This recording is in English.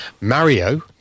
Mario